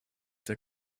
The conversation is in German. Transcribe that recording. der